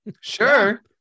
sure